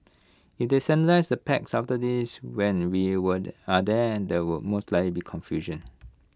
if they standardise the packs after this when we are there will most likely be confusion